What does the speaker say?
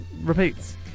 repeats